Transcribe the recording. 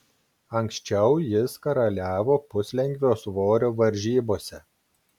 anksčiau jis karaliavo puslengvio svorio varžybose